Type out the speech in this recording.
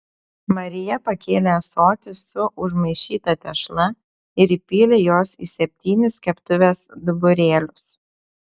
marija pakėlė ąsotį su užmaišyta tešla ir įpylė jos į septynis keptuvės duburėlius